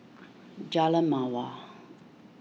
Jalan Mawar